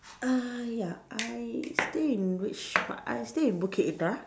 uh ya I stay in which part I stay in Bukit Indah